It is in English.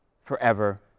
forever